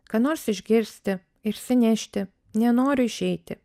ką nors išgirsti išsinešti nenoriu išeiti